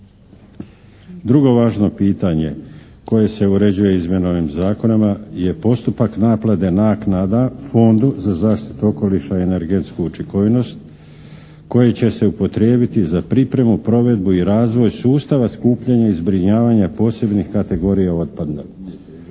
Drugo važno pitanje koje se uređuje izmjenama ovog Zakona je postupak naplate naknada Fondu za zaštitu okoliša i energetsku učinkovitost koji će se upotrijebiti za pripremu, provedbu i razvoj sustava skupljanja i zbrinjavanja posebnih kategorija otpada.